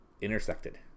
intersected